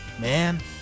man